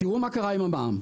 תראו מה קרה עם המע"מ.